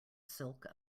silk